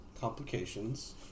complications